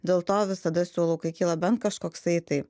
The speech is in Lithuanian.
dėl to visada siūlau kai kyla bent kažkoksai tai